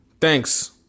thanks